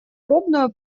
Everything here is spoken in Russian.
пробную